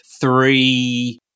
three